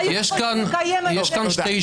יש כאן שתי שאלות.